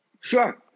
sure